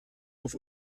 auf